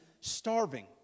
starving